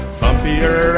bumpier